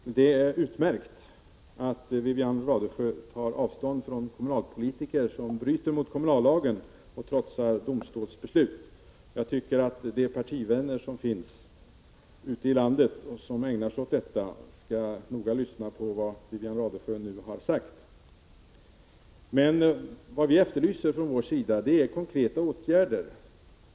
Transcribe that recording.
Herr talman! Det är utmärkt att Wivi-Anne Radesjö tar avstånd från kommunalpolitiker som bryter mot kommunallagen och trotsar domstols 127 Prot. 1985/86:124 beslut. Jag tycker att hennes partivänner ute i landet som ägnar sig åt detta noga skall begrunda vad Wivi-Anne Radesjö nu har sagt. Vad vi från vår sida efterlyser är konkreta åtgärder.